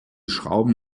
schrauben